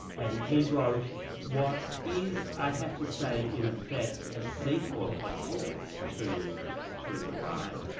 and he wrote what is i have to say in effect, a sequel of sorts to the catcher in the rye.